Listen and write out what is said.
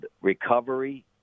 recovery